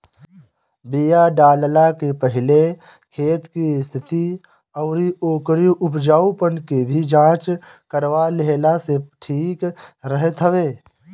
बिया डालला के पहिले खेत के स्थिति अउरी ओकरी उपजाऊपना के भी जांच करवा लेहला से ठीक रहत हवे